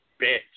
bitch